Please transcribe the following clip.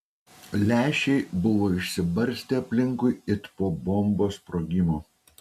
lęšiai buvo išsibarstę aplinkui it po bombos sprogimo